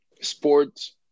sports